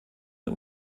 der